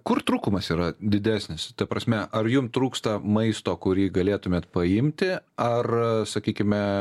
kur trūkumas yra didesnis ta prasme ar jum trūksta maisto kurį galėtumėt paimti ar sakykime